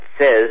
says